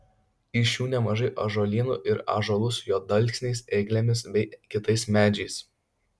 iš jų nemažai ąžuolynų ir ąžuolų su juodalksniais eglėmis bei kitais medžiais